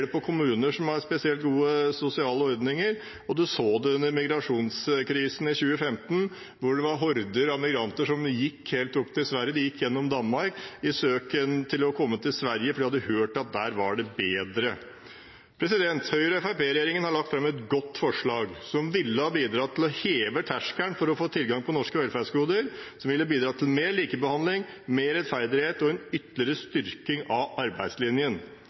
det på kommuner som har spesielt gode sosiale ordninger, og vi så det under migrasjonskrisen i 2015, da det var horder av migranter som gikk helt opp til Sverige. De gikk gjennom Danmark i søken etter å komme til Sverige, for de hadde hørt at der var det bedre. Høyre–Fremskrittsparti-regjeringen har lagt fram et godt forslag som ville ha bidratt til å heve terskelen for å få tilgang på norske velferdsgoder, som ville bidratt til mer likebehandling, mer rettferdighet og en ytterligere styrking av arbeidslinjen.